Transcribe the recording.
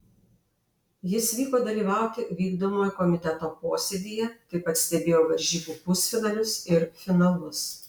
jis vyko dalyvauti vykdomojo komiteto posėdyje taip pat stebėjo varžybų pusfinalius ir finalus